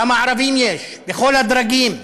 כמה ערבים יש בכל הדרגים,